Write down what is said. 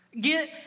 Get